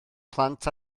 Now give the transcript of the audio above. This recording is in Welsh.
plant